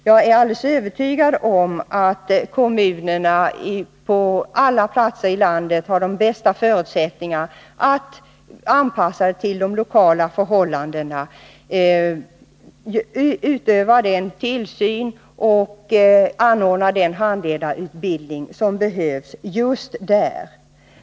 Jag är alldeles övertygad om att kommunerna på alla platser i landet har de bästa förutsättningar att, med anpassning till de lokala förhållandena, utöva den tillsyn och anordna den handledarutbildning som behövs just där.